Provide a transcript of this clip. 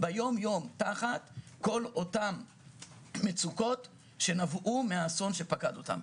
ביום-יום תחת המצוקות שנובעות מהאסון שפקד אותן.